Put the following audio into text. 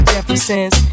Jefferson's